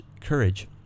courage